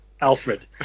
alfred